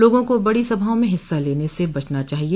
लोगों को बड़ी सभाओं में हिस्सा लेने से बचना चाहिए